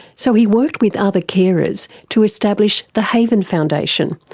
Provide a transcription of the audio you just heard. so he worked with other carers to establish the haven foundation.